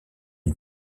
une